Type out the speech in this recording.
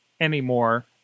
anymore